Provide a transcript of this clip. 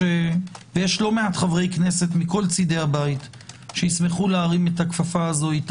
יש לא מעט חברי הכנסת מכל צדי הבית שישמחו להרים אתך את הכפפה הזאת.